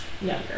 younger